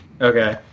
Okay